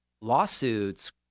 lawsuits